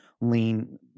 lean